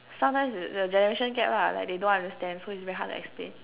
sometimes the the generation gap lah like they don't understand so it's very hard to explain